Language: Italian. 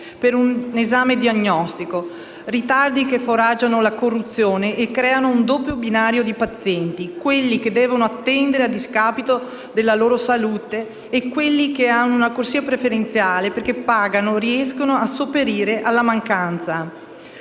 per un esame diagnostico, ritardi che foraggiano la corruzione e creano un doppio binario di pazienti: quelli che devono attendere a discapito della loro salute e quelli che hanno una corsia preferenziale, perché pagando riescono a sopperire alla mancanza.